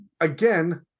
again